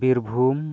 Birbhum